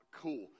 cool